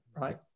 right